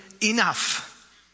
enough